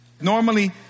Normally